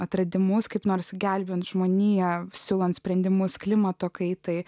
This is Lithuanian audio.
atradimus kaip nors gelbėti žmoniją siūlant sprendimus klimato kaitai